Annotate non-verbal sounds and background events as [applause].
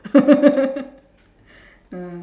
[laughs] ah